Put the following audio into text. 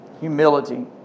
Humility